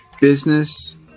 business